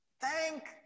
Thank